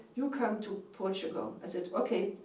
you come to portugal. i said, okay,